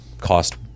cost